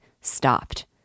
stopped